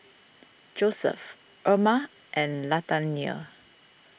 Joeseph Erma and Latanya